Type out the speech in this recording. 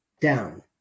down